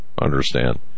understand